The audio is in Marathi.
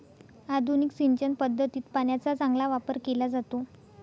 आधुनिक सिंचन पद्धतीत पाण्याचा चांगला वापर केला जातो